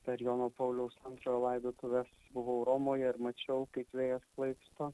per jono pauliaus antrojo laidotuves buvau romoje ir mačiau kaip vėjas plaiksto